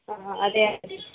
అదే అండి